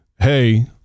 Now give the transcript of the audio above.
Hey